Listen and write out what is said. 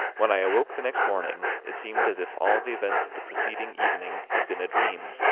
when i awoke the next morning, it seemed as if all the events of the preceding evening had been a dream,